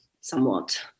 somewhat